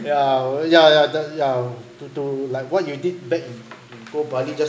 ya ya ya the ya to to like what you did back in when go bali you just